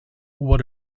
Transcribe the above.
what